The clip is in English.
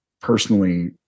personally